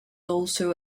also